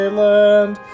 land